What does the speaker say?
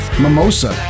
Mimosa